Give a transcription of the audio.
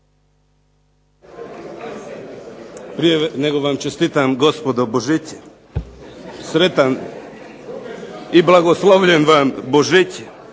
Prije nego vam čestitam gospodo Božić, Sretan i blagoslovljen vam Božić